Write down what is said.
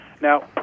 Now